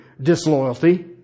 disloyalty